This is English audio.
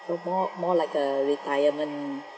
oh more more like uh retirement